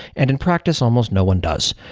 and in practice almost no one does.